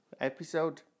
episode